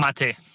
Mate